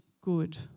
good